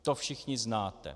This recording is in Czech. To všichni znáte.